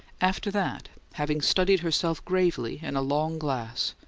after that, having studied herself gravely in a long glass,